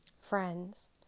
friends